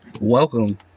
welcome